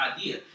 idea